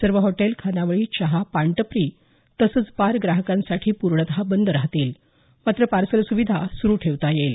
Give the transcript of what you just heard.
सर्व हॉटेल खानावळी चहा पानटपरी तसंच बार ग्राहकांसाठी पूर्णतः बंद राहतील मात्र पार्सल सुविधा सुरु ठेवता येईल